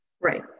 right